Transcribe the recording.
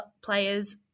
players